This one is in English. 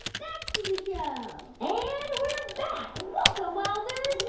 back to the show and we're back. welcome, wowzers